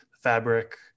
fabric